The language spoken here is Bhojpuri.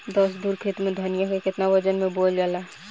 दस धुर खेत में धनिया के केतना वजन मे बोवल जाला?